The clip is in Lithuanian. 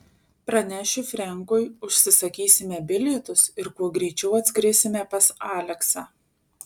pranešiu frenkui užsisakysime bilietus ir kuo greičiau atskrisime pas aleksą